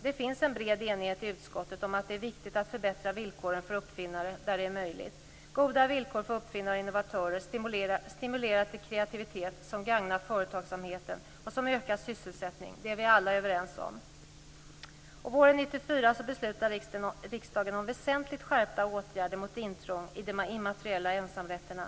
Det finns en bred enighet i utskottet om att det är viktigt att förbättra villkoren för uppfinnare där det är möjligt. Goda villkor för uppfinnare och innovatörer stimulerar till kreativitet som gagnar företagsamheten och ökar sysselsättningen. Det är vi alla överens om. Våren 1994 beslutade riksdagen om väsentligt skärpta åtgärder mot intrång i de immateriella ensamrätterna.